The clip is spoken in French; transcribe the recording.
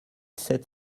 sept